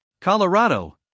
Colorado